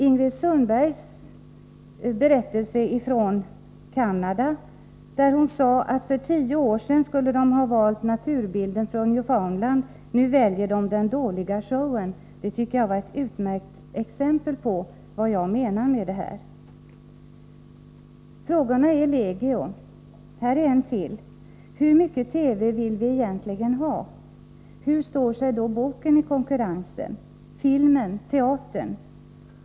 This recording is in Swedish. Ingrid Sundbergs exempel från Canada, där man för tio år sedan skulle ha valt naturbilder från New Foundland, men nu väljer den dåliga showen, tycker jag var ett utmärkt exempel på vad jag menar. Frågorna är legio. Här är en till: Hur mycket TV vill vi egentligen ha? Hur står sig boken i konkurrensen? Filmen? Teatern?